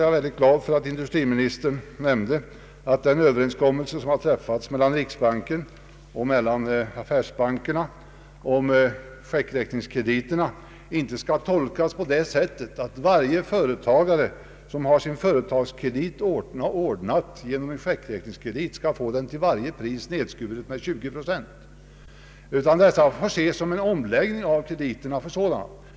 Jag är glad för att industriministern nämnde att den överenskommelse som har träffats mellan riksbanken och affärsbankerna om checkräkningskrediterna inte skall tolkas så, att varje företagare som har sin företagskredit ordnad genom checkräkning, till varje pris skall få den nedskuren med 20 procent. Det hela går ut på en omläggning av krediterna som sådana.